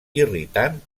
irritant